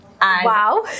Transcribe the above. Wow